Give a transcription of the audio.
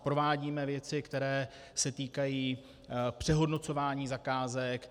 Provádíme věci, které se týkají přehodnocování zakázek.